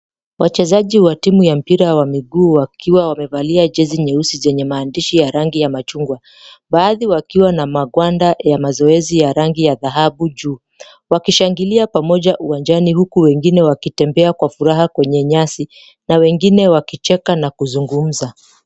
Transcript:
Wachezaji wa timu ya mpira wa miguu wakiwa wamevalia jezi nyeusi zenye maandishi ya rangi ya machungwa. Baadhi wakiwa na magwanda ya mazoezi ya rangi ya dhahabu juu. Wakishangilia pamoja uwanjani huku wengine wakitembea kwa furaha kwenye nyasi na wengine wakicheka na kuzungumza.